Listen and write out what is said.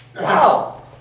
Wow